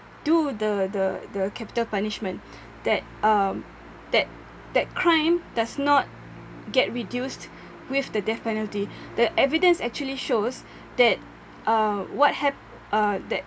do the the the capital punishment that um that that crime does not get reduced with the death penalty the evidence actually shows that uh what ha~ uh that